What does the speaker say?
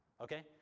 Okay